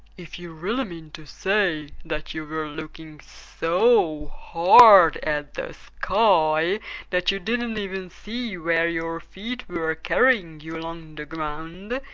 if you really mean to say that you were looking so hard at the sky that you didn't even see where your feet were carrying you along the ground,